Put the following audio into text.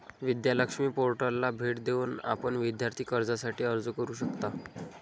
विद्या लक्ष्मी पोर्टलला भेट देऊन आपण विद्यार्थी कर्जासाठी अर्ज करू शकता